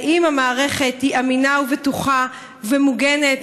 האם המערכת היא אמינה ובטוחה ומוגנת